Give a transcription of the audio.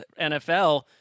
NFL